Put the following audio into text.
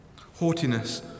Haughtiness